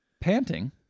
panting